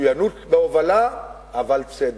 מצוינות בהובלה, אבל צדק.